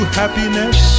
happiness